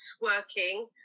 working